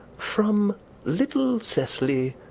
from little cecily,